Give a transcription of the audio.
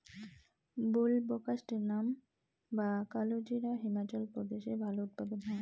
বুলবোকাস্ট্যানাম বা কালোজিরা হিমাচল প্রদেশে ভালো উৎপাদন হয়